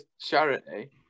charity